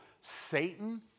Satan